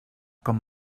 com